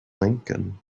lincoln